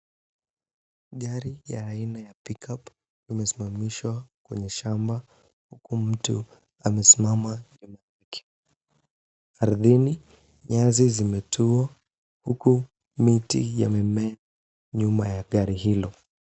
Gari ya aina a pickup imesimamishwa kwenye shamba huku mtu amesimama nyuma yake. Ardhini nyasi zimetua huku miti yamemea nyuma ya gari hilo.